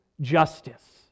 justice